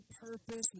purpose